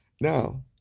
Now